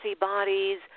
bodies